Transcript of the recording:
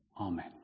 Amen